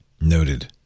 Noted